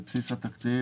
זה בסיס התקציב,